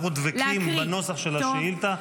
אנחנו דבקים בנוסח של השאילתה.